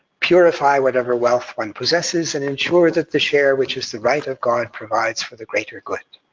purify whatever wealth one possesses and ensure that the share which is the right of god provides for the greater good.